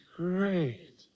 great